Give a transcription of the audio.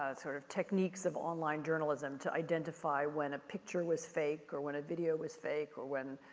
ah sort of techniques of online journalism to identify when a picture was fake or when a video was fake or when,